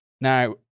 Now